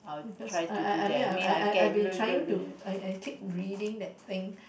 because I I I I mean I I I I been trying to I I keep reading that thing